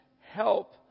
help